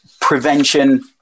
prevention